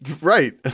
right